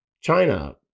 China